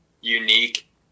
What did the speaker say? unique